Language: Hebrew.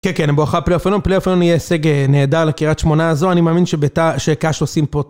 כן, כן, בואכה פלייאוף. פלייאוף יהיה הישג נהדר לקרית שמונה הזו. אני מאמין שביתר... שק"ש עושים פה...